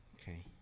Okay